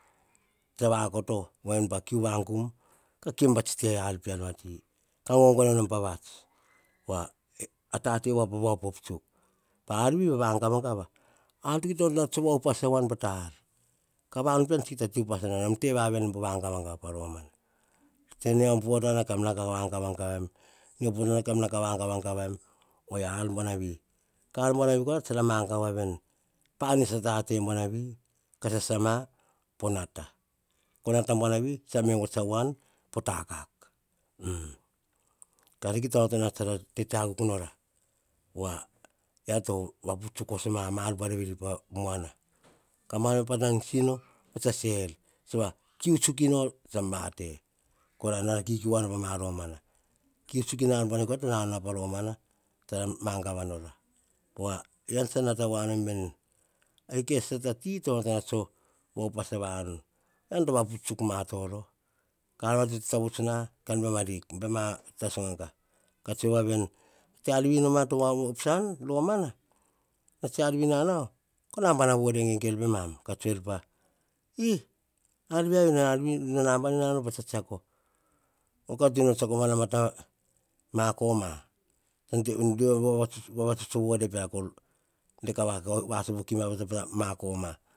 Tsa va koto ven pa kiu vangum, ka kiu pa tsi ar vati, ka gogogoem pa vats pova a tate va po op op tsuk pa ar vi va gava gava, ar ti kita va upas ka wan pa ta ar. Ka vanu pean kita te upas na pa ta ar, ka vanu pean kita upus na pea ta ar. Ka vanu pean kita upus na te nom po gava gava pa romana, tsue nom po border ka nau gava gavaim, o yia ar buana vi, ka ar buar na vi ka sasa ma po nata po nata bua na vi tsa me a wan po takak. Kita onoto nora po wa yiara to va puts voso ma, mar buar veri pa muana. Ka mar veri pats tsan sino bats tsa se er, so va kiu tsuk ino tsan vate. Kora na ra kikiu wanora pa romana kiu tsuk ina ar bua na vi to na nau pa romana, tsa ra mangava pa romana po wa e yian tsa mangava nora veni i kaisata ti to onoto ma topo upas a vanu. Eyian to vaputs tsuk ma toro ka baim ma rik, baim ma ta songaga, te ar vi to noma, op san pa romana, tsia vi na nau ka namba vore gengoir pe mam, ka tsue, hi ar vi tsor na nau ka tsiako. Nau kora ka tsiako ta mar ta ma koma, de o va vatsuts peara ka de ka va va sopo ma, pa ma koma